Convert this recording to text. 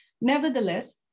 Nevertheless